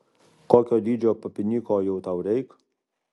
kokio dydžio papinyko jau tau reik